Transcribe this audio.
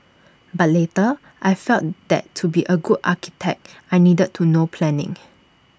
but later I felt that to be A good architect I needed to know planning